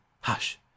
hush